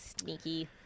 sneaky